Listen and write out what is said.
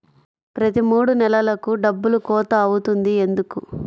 ప్రతి మూడు నెలలకు డబ్బులు కోత అవుతుంది ఎందుకు?